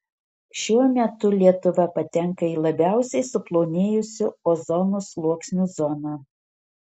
šiuo metu lietuva patenka į labiausiai suplonėjusio ozono sluoksnio zoną